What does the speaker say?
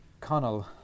Connell